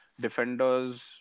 defenders